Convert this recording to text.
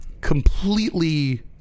completely